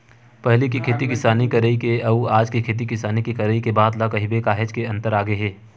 पहिली के खेती किसानी करई के अउ आज के खेती किसानी के करई के बात ल कहिबे काहेच के अंतर आगे हे